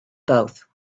both